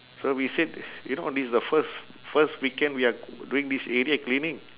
so we said you know this is the first first weekend we are doing this area cleaning